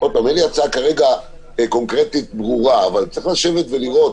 אין לי הצעה קונקרטית ברורה כרגע אבל צריך לשבת ולראות